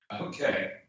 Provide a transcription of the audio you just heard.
Okay